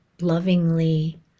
lovingly